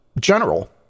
general